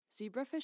Zebrafish